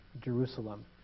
Jerusalem